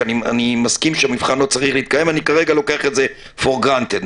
כי אני מסכים שהמבחן לא צריך להתקיים אני כרגע לוקח את זה פור גרנטד,